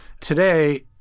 Today